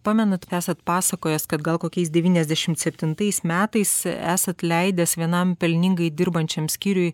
pamenat esat pasakojęs kad gal kokiais devyniasdešimt septintais metais esat leidęs vienam pelningai dirbančiam skyriui